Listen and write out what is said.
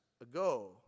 ago